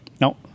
No